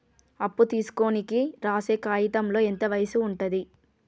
అప్పు తీసుకోనికి రాసే కాయితంలో ఎంత వయసు ఉంటది?